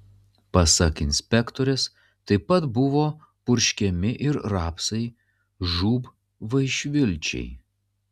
pasak inspektorės taip pat buvo purškiami ir rapsai žūb vaišvilčiai